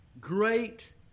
great